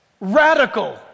Radical